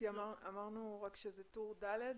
כמדומני אמרנו שזה טור ד'.